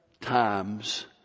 times